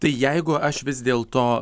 tai jeigu aš vis dėl to